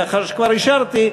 לאחר שכבר אישרתי,